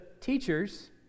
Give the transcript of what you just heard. teachers